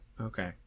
Okay